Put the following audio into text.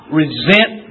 resent